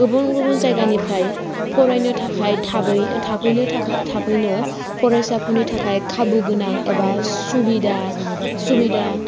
गुबुन गुबुन जायगानिफ्राय फरायनो थाखाय थाफैनो फरायसाफोरनि थाखाय खाबु गोनां एबा सुबिदा सुबिदा